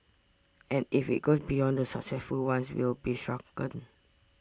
and if it goes beyond the successful ones we'll be shrunken